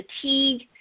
fatigue